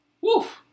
Woof